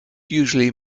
usually